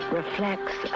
reflects